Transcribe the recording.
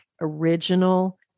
original